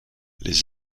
les